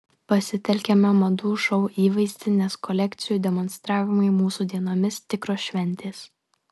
pasitelkėme madų šou įvaizdį nes kolekcijų demonstravimai mūsų dienomis tikros šventės